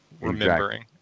remembering